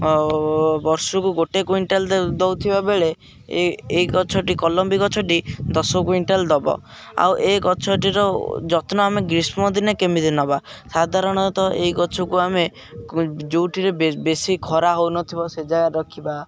ବର୍ଷକୁ ଗୋଟେ କୁଇଣ୍ଟାଲ ଦଉଥିବା ବେଳେ ଏ ଏଇ ଗଛଟି କଲମ୍ବୀ ଗଛଟି ଦଶ କୁଇଣ୍ଟାଲ ଦବ ଆଉ ଏ ଗଛଟିର ଯତ୍ନ ଆମେ ଗ୍ରୀଷ୍ମ ଦିନେ କେମିତି ନବା ସାଧାରଣତଃ ଏଇ ଗଛକୁ ଆମେ ଯେଉଁଠିରେ ବେଶୀ ଖରା ହଉନଥିବ ସେ ଜାଗାରେ ରଖିଦବା